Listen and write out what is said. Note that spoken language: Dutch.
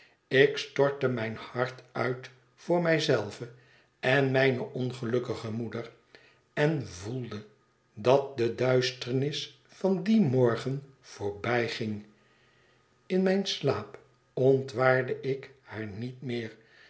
ik stortte mijn hart uit voor mij zelve en mijne ongelukkige moeder en gevoelde dat de duisternis van dien morgen voorbijging in mijn slaap ontwaarde ik haar niet meer